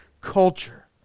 culture